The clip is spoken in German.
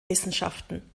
wissenschaften